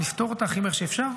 ונפתור אותה הכי מהר שאפשר.